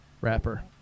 wrapper